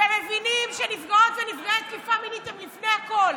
ומבינים שנפגעות ונפגעי תקיפה מינית הם לפני הכול.